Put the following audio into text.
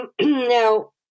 now